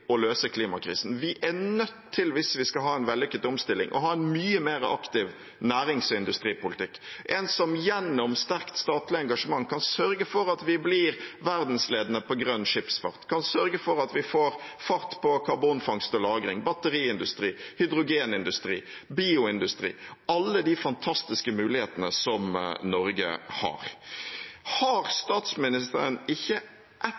å løse klimakrisen. Vi er nødt til, hvis vi skal ha en vellykket omstilling, å ha en mye mer aktiv nærings- og industripolitikk, en som gjennom sterkt statlig engasjement kan sørge for at vi blir verdensledende på grønn skipsfart, kan sørge for at vi får fart på karbonfangst og -lagring, batteriindustri, hydrogenindustri, bioindustri – alle de fantastiske mulighetene Norge har. Har statsministeren ikke ett